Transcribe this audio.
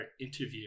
interview